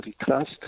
trust